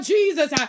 Jesus